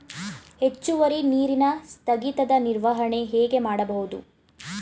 ಹೆಚ್ಚುವರಿ ನೀರಿನ ಸ್ಥಗಿತದ ನಿರ್ವಹಣೆ ಹೇಗೆ ಮಾಡಬಹುದು?